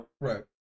Right